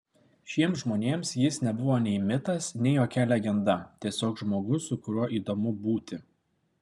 šiems žmonėms jis nebuvo nei mitas nei jokia legenda tiesiog žmogus su kuriuo įdomu būti